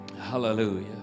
Hallelujah